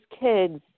kids